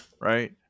Right